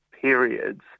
periods